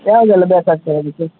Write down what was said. ಯಾವುದೆಲ್ಲಾ ಬೇಕಾಗ್ತದೆ ಅದಕ್ಕೆ